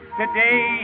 today